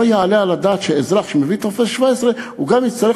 לא יעלה על הדעת שאזרח שמביא טופס 17 גם יצטרך